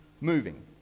moving